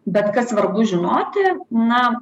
bet kas svarbu žinoti na